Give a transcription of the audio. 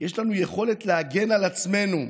יש לנו יכולת להגן על עצמנו,